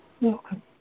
Welcome